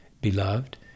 Beloved